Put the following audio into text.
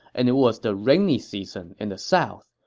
and it was the rainy season in the south.